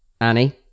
Annie